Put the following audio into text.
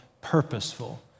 purposeful